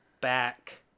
back